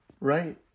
right